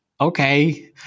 Okay